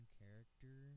character